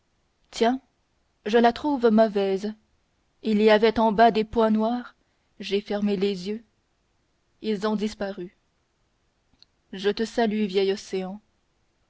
tiens je la trouve mauvaise il y avait en bas des points noirs j'ai fermé les yeux ils ont disparu je te salue vieil océan